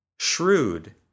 Shrewd